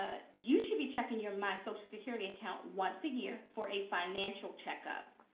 ah you should be checking your my social security account once a year for a financial checkup